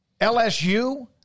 LSU